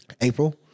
April